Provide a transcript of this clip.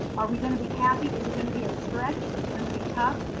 are we gonna be happy? is it gonna be a stretch? is it gonna be tough?